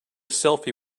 selfie